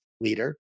leader